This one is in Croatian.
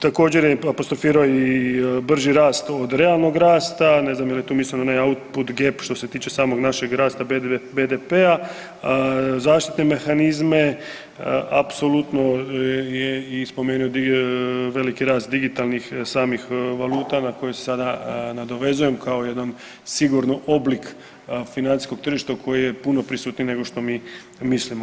Također je i apostrofirao i brži rast od realnog rasta, ne znam je li tu mislio na onaj … [[Govornik se ne razumije]] što se tiče samog našeg rasta BDP-a, zaštitne mehanizme, apsolutno je i spomenuo veliki rast digitalnih samih valuta na koje se sada nadovezujem kao jedan sigurno oblik financijskog tržišta koji je puno prisutniji nego što mi mislimo.